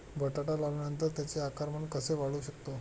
बटाटा लावल्यानंतर त्याचे आकारमान कसे वाढवू शकतो?